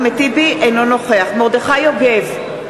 אינו נוכח מרדכי יוגב,